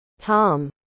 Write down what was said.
Tom